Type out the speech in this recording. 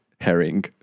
herring